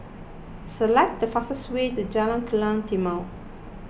select the fastest way to Jalan Kilang Timor